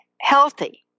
healthy